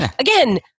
again